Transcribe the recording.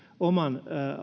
oman